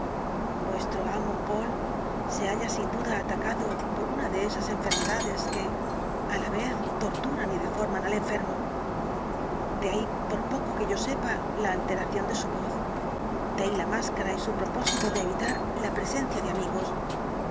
vuestro amo poole se halla sin duda atacado por una de esas enfermedades que á la vez torturan y deforman al enfermo de ahí por poco que yo sepa la alteración de su voz de ahí la máscara y su propósito de evitar la presencia de sus amigos